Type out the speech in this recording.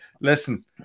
listen